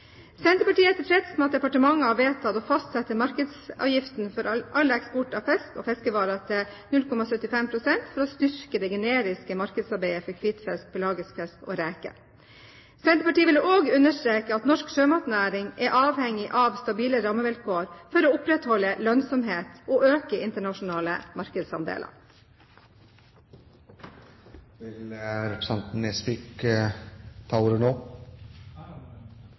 Senterpartiet er tilfreds med at departementet har vedtatt å fastsette markedsavgiften for all eksport av fisk og fiskevarer til 0,75 pst. for å styrke det generiske markedsarbeidet for hvitfisk, pelagisk fisk og reker. Senterpartiet vil også understreke at norsk sjømatnæring er avhengig av stabile rammevilkår for å opprettholde lønnsomhet og øke internasjonale markedsandeler. Ønsker representanten Nesvik ordet